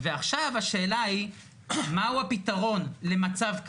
השאלה היא מהו הפתרון למצב כזה.